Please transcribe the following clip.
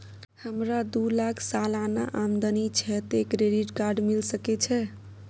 हमरा दू लाख सालाना आमदनी छै त क्रेडिट कार्ड मिल सके छै?